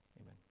Amen